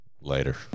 Later